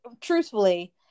truthfully